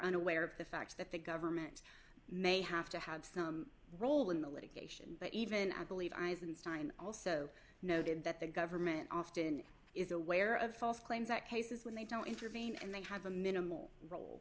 unaware of the fact that the government may have to have some role in the litigation but even at believe eisenstein also noted that the government often is aware of false claims that cases when they don't intervene and they have a minimal role